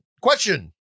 Question